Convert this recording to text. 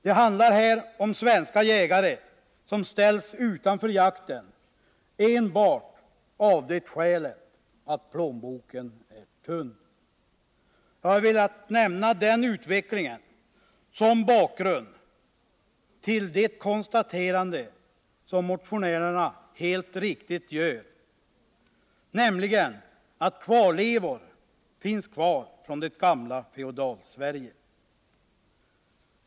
Det handlar här om att svenska jägare ställs utanför jakten enbart av det skälet att plånboken är tunn. Jag har velat nämna denna utveckling som bakgrund till det konstaterande som motionärerna helt riktigt gör, nämligen att det finns kvarlevor från det gamla Feodalsverige.